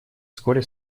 вскоре